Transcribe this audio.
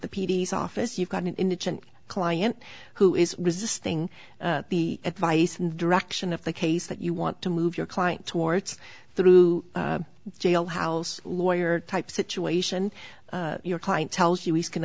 s office you've got an indigent client who is resisting the advice and direction of the case that you want to move your client towards through jailhouse lawyer type situation your client tells you he's can